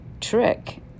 trick